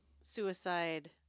Suicide